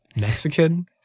Mexican